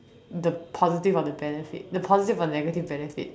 the positive or the benefits the positive or negative benefits